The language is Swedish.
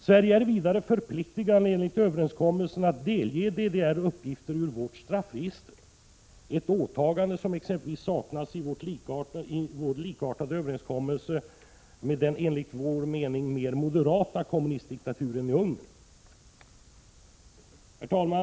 Sverige är vidare förpliktigat enligt överenskommelsen att delge DDR uppgifter ur vårt straffregister, ett åtagande som saknas i vår likartade överenskommelse med den enligt vår mening mer moderata kommunistdiktaturen i Ungern. Herr talman!